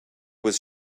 was